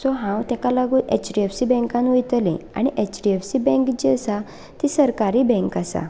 so हांव ताका लागून एचडीएफसी बँकान वयतलें आनी एचडीएफसी बँक जी आसा ती सरकारी बँक आसा